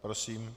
Prosím.